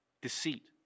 Deceit